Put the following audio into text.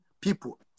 people